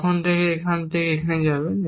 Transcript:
কখন এখান থেকে এখানে যাবেন